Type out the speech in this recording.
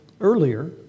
earlier